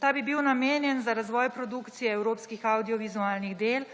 Ta bi bil namenjen za razvoj produkcije evropskih avdiovizualnih del